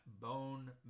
bone